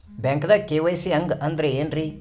ಬ್ಯಾಂಕ್ದಾಗ ಕೆ.ವೈ.ಸಿ ಹಂಗ್ ಅಂದ್ರೆ ಏನ್ರೀ?